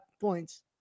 points